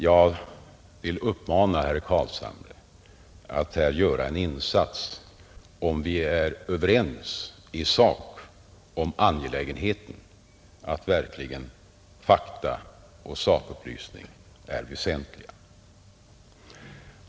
Jag vill alltså uppmana herr Carlshamre att här göra en insats, om vi nu i sak är överens om att fakta och sakupplysning är väsentliga.